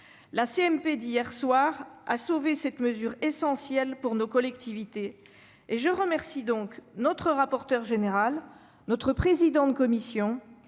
d'hier soir a sauvé cette mesure essentielle pour nos collectivités, et je remercie le rapporteur général, le président de la commission